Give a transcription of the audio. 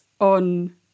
on